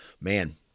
man